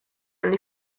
and